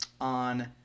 on